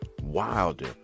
wilder